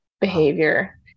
behavior